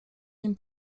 nim